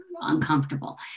uncomfortable